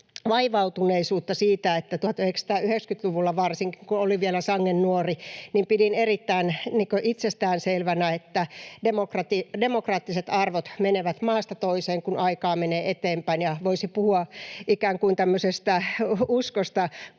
vaivautuneisuutta siitä, että 1990-luvulla varsinkin, kun olin vielä sangen nuori, pidin erittäin itsestään selvänä, että demokraattiset arvot menevät maasta toiseen, kun aikaa menee eteenpäin, ja voisi puhua ikään kuin tämmöisestä uskosta